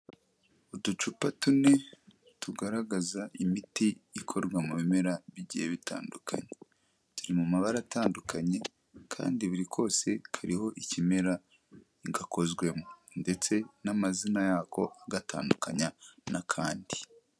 Uducupa tune tugaragaza imiti ikorwa mu bimera bigiye bitandukanye, turi mu mabara atandukanye kandi buri kose kariho ikimera gakozwemo ndetse n'amazina yako agatandukanya n'akandi.